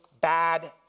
bad